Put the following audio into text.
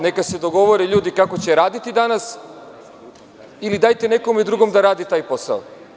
Neka se dogovore ljudi kako će raditi danas ili dajte nekome drugom da radi taj posao.